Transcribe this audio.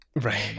right